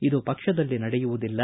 ಇದು ಪಕ್ಷದಲ್ಲಿ ನಡೆಯುವುದಿಲ್ಲ